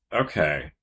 okay